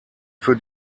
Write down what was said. für